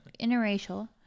interracial